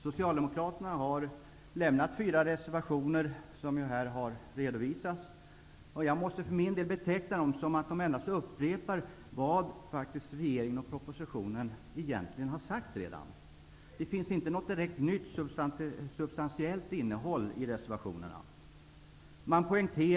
Socialdemokraterna har avgett fyra reservationer som har redovisats här. Jag tycker att de endast upprepar vad som står i propositionen och vad regeringen redan har sagt. Det finns inte något direkt nytt substansiellt innehåll i reservationerna.